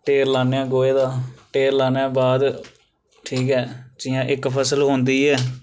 ढेर लाने हा गोहे दा ढेर लाने बाद ठीक ऐ जि'यां इक फसल होंदी ऐ